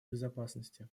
безопасности